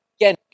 Again